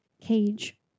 cage